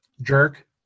jerk